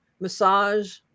massage